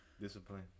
Discipline